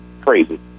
crazy